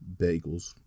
bagels